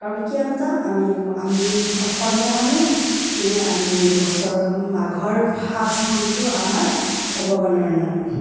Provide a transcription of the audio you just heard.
কাৰণ কিয় নাযাওঁ আমি আমি অসমীয়া মানুহ আমি বছৰৰ মাঘৰ ফাৰ্ষ্ট দিনটো আমাৰ ভগৱানৰ নাম